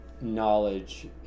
knowledge